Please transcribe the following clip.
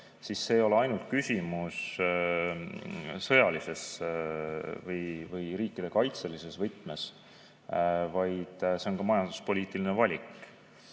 siis ei ole küsimus ainult sõjalises või riikide kaitselises võtmes, vaid see on majanduspoliitiline valik.